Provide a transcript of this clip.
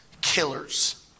killers